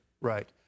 Right